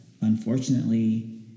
unfortunately